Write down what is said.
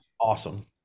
awesome